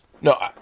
No